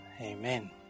Amen